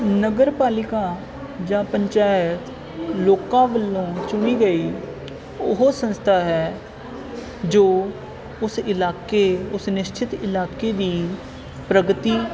ਨਗਰ ਪਾਲਿਕਾ ਜਾਂ ਪੰਚਾਇਤ ਲੋਕਾਂ ਵੱਲੋਂ ਚੁਣੀ ਗਈ ਉਹ ਸੰਸਥਾ ਹੈ ਜੋ ਉਸ ਇਲਾਕੇ ਉਸ ਨਿਸ਼ਚਿਤ ਇਲਾਕੇ ਦੀ ਪ੍ਰਗਤੀ